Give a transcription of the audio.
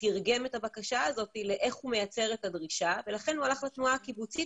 תרגם את הקשה הזאת לאיך הוא מייצר את הדרישה ולכן הלך לתנועה הקיבוצית